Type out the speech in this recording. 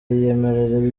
yiyemerera